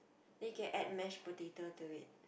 then you can add mashed potato to it